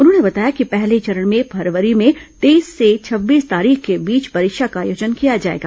उन्होंने बताया कि पहले चरण में फरवरी में तेईस से छब्बीस तारीख के बीच परीक्षा का आयोजन किया जाएगा